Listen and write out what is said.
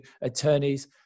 attorneys